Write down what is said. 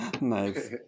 Nice